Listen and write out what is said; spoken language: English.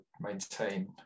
maintain